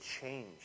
change